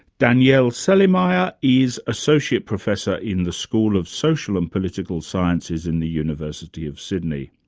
danielle celermajer ah is associate professor in the school of social and political sciences in the university of sydney.